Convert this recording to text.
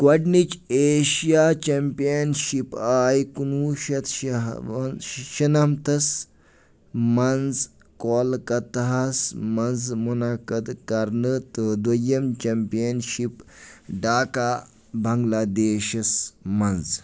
گۄڈنِچ Asia championship آیہِ کُنوُہ شَتھ شہ ووٚن شُنمتھَس منٛز کولکتہَس منٛز منعقد كرنہٕ تہٕ دوٚیِم چمپین شِپ ڈاکا بنگلہ دیشسَس منٛز